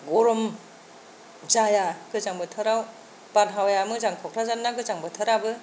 गरम जाया गोजां बोथोराव बारहावाया मोजां क'क्राझारना गोजां बोथोराबो